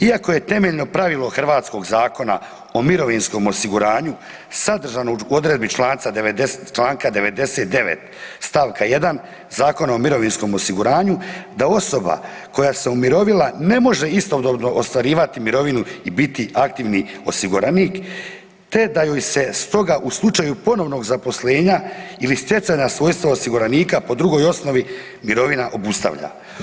Iako je temeljno pravilo hrvatskog Zakona o mirovinskom osiguranju sadržano u odredbi Članka 99. stavka 1. Zakona o mirovinskom osiguranju da osoba koja se umirovila ne može istodobno ostvarivati mirovinu i biti aktivni osiguranik te da joj se stoga u slučaju ponovnog zaposlenja ili stjecanja svojstva osiguranika po drugoj osnovi mirovina obustavlja.